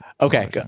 okay